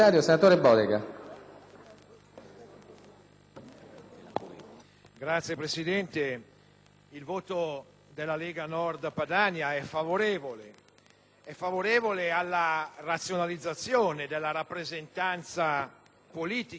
Signor Presidente, il voto della Lega Nord Padania è favorevole alla razionalizzazione della rappresentanza politica dei cittadini, e